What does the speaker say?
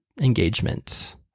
engagement